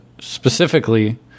specifically